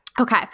Okay